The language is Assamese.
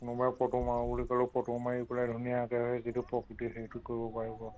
কোনোবাই ফটো মাৰো বুলি ক'লেও ফটো মাৰি পেলাই ধুনীয়াকৈ সেই যিটো প্ৰকৃতিৰ সেইটো কৰিব পাৰিব